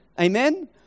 Amen